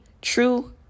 true